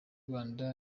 rwanda